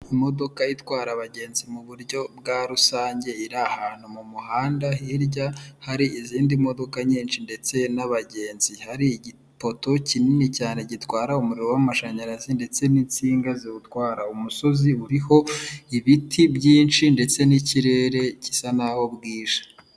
Imodoka itwara abagenzi m'uburyo bwa rusange iri ahantu m'umuhanda hirya hari izindi modoka nyinshi ndetse n'abagenzi, hari igipoto kinini cyane gitwara umuriro w'amashanyarazi ndetse n'insinga ziwutwara, umusozi uriho ibiti byinshi ndetse n'ikirere gisa n'aho bwije.